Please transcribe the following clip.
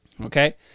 okay